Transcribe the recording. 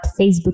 Facebook